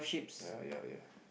ya ya ya